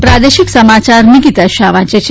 પ્રાદેશિક સમાયાર નિકિતા શાહ વાંચે છે